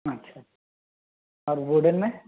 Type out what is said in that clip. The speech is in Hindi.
अच्छा और वुडेन में